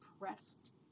pressed